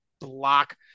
block